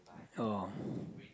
oh